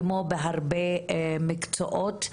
כמו בהרבה מקצועות,